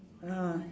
ah